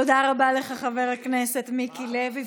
תודה רבה לך, חבר הכנסת מיקי לוי.